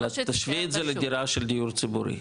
אבל תשווי את זה לדירה של דיור ציבורי,